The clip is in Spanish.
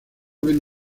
bien